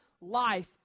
life